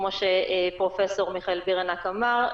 כמו שפרופסור מיכאל בירנהק אמר,